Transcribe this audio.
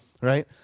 right